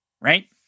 right